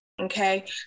Okay